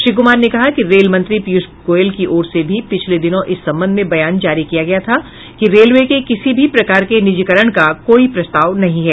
श्री कुमार ने कहा कि रेल मंत्री पीयूष गोयल की ओर से भी पिछले दिनों इस संबंध में बयान जारी किया गया था कि रेलवे के किसी भी प्रकार के निजीकरण का कोई प्रस्ताव नहीं है